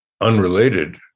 unrelated